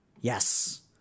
Yes